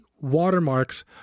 watermarks